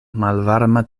malvarma